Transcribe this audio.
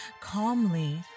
calmly